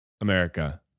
America